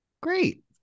great